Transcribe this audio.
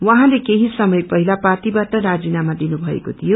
उहाँले केही समय पहिला पार्टीबाट राजीनामा दिनुभएको र्तियो